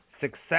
Success